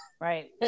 right